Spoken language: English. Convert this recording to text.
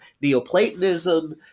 Neoplatonism